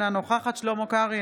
אינה נוכחת שלמה קרעי,